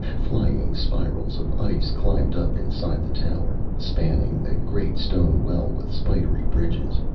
flying spirals of ice climbed up inside the tower, spanning the great stone well with spidery bridges,